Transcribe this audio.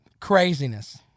Craziness